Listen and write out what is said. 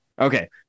okay